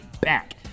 back